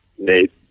Nate